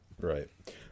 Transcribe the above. Right